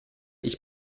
ich